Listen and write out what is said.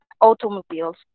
automobiles